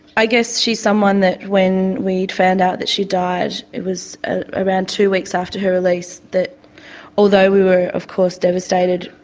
i guess she's someone that when we found out that she died, it was ah around two weeks after her release, that although we were of course devastated,